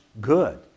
good